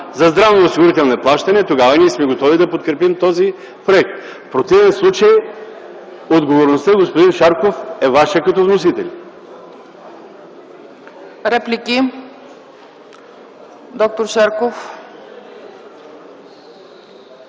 за здравноосигурителни плащания, тогава ние сме готови да подкрепим този проект. В противен случай отговорността, господин Шарков, е ваша като вносители. ПРЕДСЕДАТЕЛ